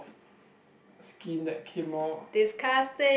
skin that came out